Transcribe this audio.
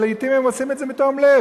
שלעתים הם עושים את זה בתום לב,